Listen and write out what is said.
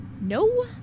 No